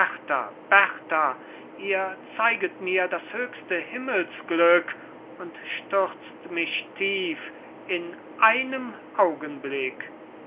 ihr zeiget mir das höchste himmelsglück und stürzt mich tief in einem augenblick